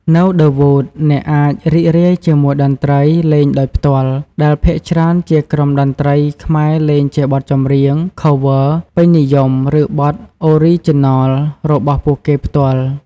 នៅ ឌឹ វូត អ្នកអាចរីករាយជាមួយតន្ត្រីលេងដោយផ្ទាល់ ដែលភាគច្រើនជាក្រុមតន្ត្រីខ្មែរលេងជាបទចម្រៀង ខោ វើ (Cover) ពេញនិយម ឬបទ អូរីជីណល របស់ពួកគេផ្ទាល់។